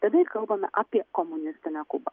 tada ir kalbame apie komunistinę kubą